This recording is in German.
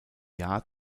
jahr